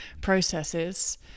processes